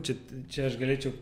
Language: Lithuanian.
čia čia aš galėčiau